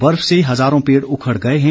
बर्फ से हजारों पेड़ उखड़ गए हैं